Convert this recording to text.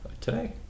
Today